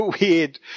weird